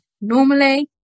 normally